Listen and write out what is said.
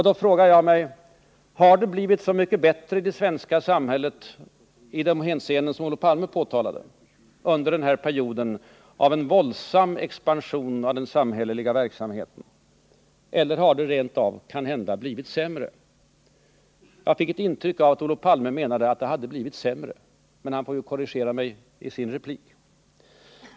Då frågar jag mig: Har det blivit så mycket bättre i det svenska samhället i de hänseenden som Olof Palme påtalade under den här perioden av en våldsam expansion av den samhälleliga verksamheten, eller har det kanhända rent av blivit sämre? Jag fick ett intryck av att Olof Palme menade att det hade blivit sämre, men han får väl korrigera mig i sin replik.